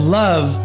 love